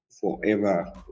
forever